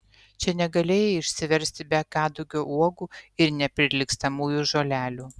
čia negalėjai išsiversti be kadugio uogų ir neprilygstamųjų žolelių